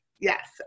yes